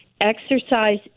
exercise